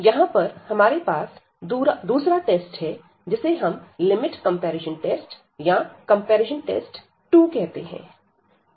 यहां पर हमारे पास दूसरा टेस्ट है जिसे हम लिमिट कंपैरिजन टेस्ट या कंपैरिजन टेस्ट 2 कहते हैं